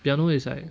piano is like